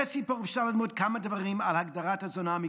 מהסיפור אפשר ללמוד כמה דברים על הגדרת הזונה המקראית.